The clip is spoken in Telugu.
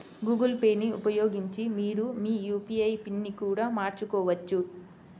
గూగుల్ పే ని ఉపయోగించి మీరు మీ యూ.పీ.ఐ పిన్ని కూడా మార్చుకోవచ్చు